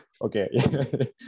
Okay